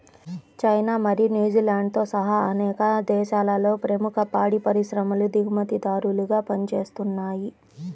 China మరియు న్యూజిలాండ్తో సహా అనేక దేశాలలో ప్రముఖ పాడి పరిశ్రమలు దిగుమతిదారులుగా పనిచేస్తున్నయ్